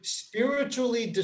spiritually